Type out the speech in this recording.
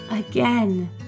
Again